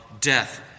death